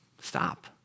stop